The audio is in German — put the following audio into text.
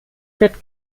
wird